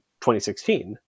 2016